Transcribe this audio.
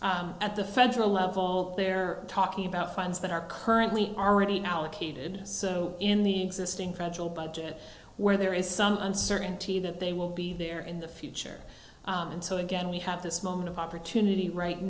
at the federal level they're talking about funds that are currently are ready now allocated so in the existing federal budget where there is some uncertainty that they will be there in the future and so again we have this moment of opportunity right